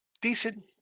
decent